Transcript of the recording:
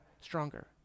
stronger